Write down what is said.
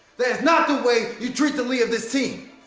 that is not the way you treat the lead of this team.